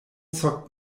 zockt